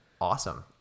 awesome